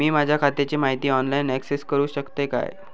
मी माझ्या खात्याची माहिती ऑनलाईन अक्सेस करूक शकतय काय?